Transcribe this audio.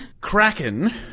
Kraken